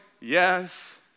yes